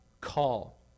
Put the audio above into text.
call